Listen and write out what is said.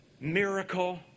miracle